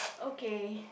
okay